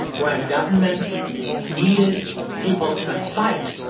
when governments needed people to fight.